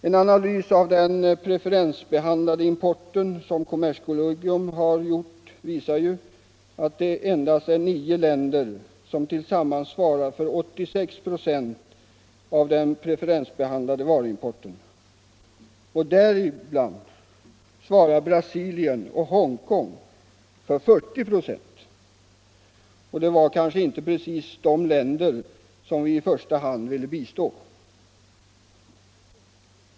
En analys av den preferensbehandlade importen som kommerskollegium har gjort visar att det endast är nio länder som tillsammans svarar för 86 96 av den preferensbehandlade varuimporten. Däribland svarar Brasilien och Hongkong för 40 96. — Det var kanske inte precis de länder som vi i första hand ville bistå!